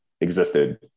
existed